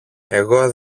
εγώ